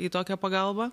į tokią pagalbą